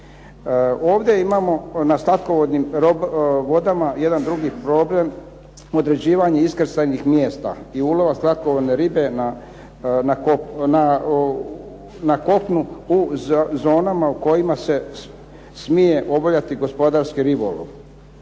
Ovdje imamo na slatkovodnim vodama jedan drugi problem, određivanje iskrcajnih mjesta i ulova slatkovodne ribe na kopnu u zonama u kojima se smije obavljati gospodarski ribolov.